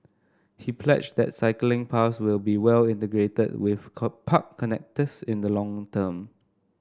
he pledged that cycling paths will be well integrated with park connectors in the long term